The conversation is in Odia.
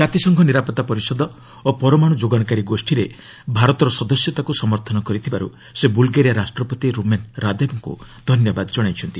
ଜାତିସଂଘ ନିରାପତ୍ତା ପରିଷଦ ଓ ପରମାଣୁ ଯୋଗାଣକାରୀ ଗୋଷ୍ଠୀରେ ଭାରତର ସଦସ୍ୟତାକୁ ସମର୍ଥନ କରିଥିବାରୁ ସେ ବୁଲ୍ଗେରିଆ ରାଷ୍ଟ୍ରପତି ରୁମେନ୍ ରାଦେବ୍ଙ୍କୁ ଧନ୍ୟବାଦ ଜଣାଇଛନ୍ତି